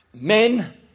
Men